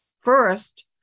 First